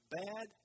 bad